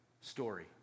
story